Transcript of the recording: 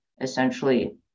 essentially